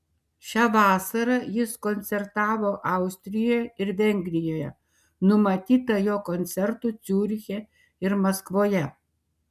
šią vasarą jis koncertavo austrijoje ir vengrijoje numatyta jo koncertų ciuriche ir maskvoje